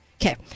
Okay